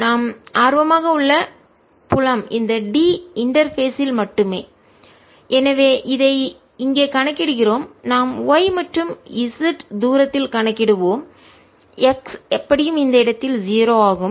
நாம் ஆர்வமாக உள்ள புலம் இந்த D இன்டர்பேஸ் இல் மட்டுமே எனவே அதை இங்கே கணக்கிடுகிறோம் நாம் y மற்றும் z தூரத்தில் கணக்கிடுவோம் x எப்படியும் இந்த இடத்தில் 0 ஆகும்